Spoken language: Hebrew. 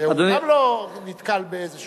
אף פעם לא נתקל באיזשהו,